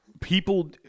people